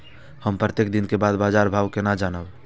हम प्रत्येक दिन के बाद बाजार भाव केना जानब?